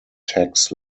tax